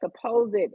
supposed